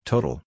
Total